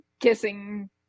kissing